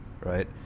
right